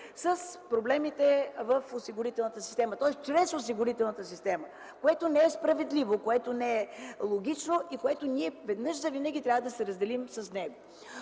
проблемите в осигурителната система, тоест чрез осигурителната система, което не е справедливо, не е логично и с което веднъж завинаги трябва да се разделим.